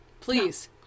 Please